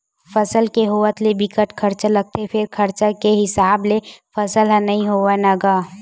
फसल के होवत ले बिकट खरचा लागथे फेर खरचा के हिसाब ले फसल ह नइ होवय न गा